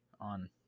on